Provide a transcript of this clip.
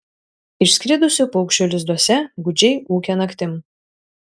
išskridusių paukščių lizduose gūdžiai ūkia naktim